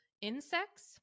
insects